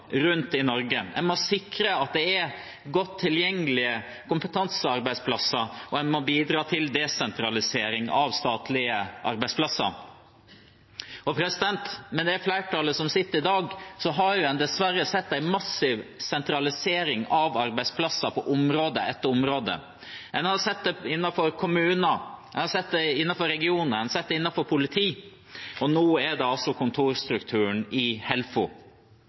rundt i Norge. En må sikre at det er godt tilgjengelige kompetansearbeidsplasser, og en må bidra til desentralisering av statlige arbeidsplasser. Med det flertallet som sitter i dag, har en dessverre sett en massiv sentralisering av arbeidsplasser på område etter område. En har sett det innenfor kommuner, en har sett det innenfor regioner, en har sett det innenfor politiet, og nå gjelder det altså kontorstrukturen i Helfo.